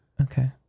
Okay